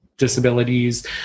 Disabilities